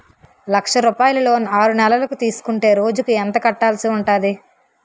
లక్ష రూపాయలు లోన్ ఆరునెలల కు తీసుకుంటే రోజుకి ఎంత కట్టాల్సి ఉంటాది?